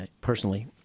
personally